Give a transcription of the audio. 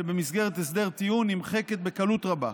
אשר במסגרת הסדר טיעון נמחקת בקלות רבה.